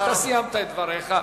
אתה סיימת את דבריך.